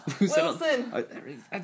Wilson